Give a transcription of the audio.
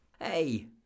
Hey